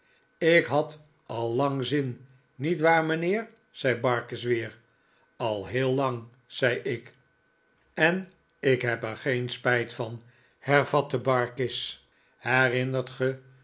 ik had al lang zin nietwaar mijnheer zei barkis weer al heel lang zei ik en ik heb er geen spijt van hervatte barkis herinnert ge